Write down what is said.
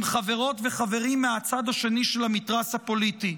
חברות וחברים מהצד השני של המתרס הפוליטי.